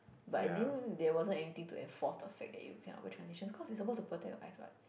but I think there wasn't anything to enforce the fact that you cannot wear transition cause it suppose to protect your eyes what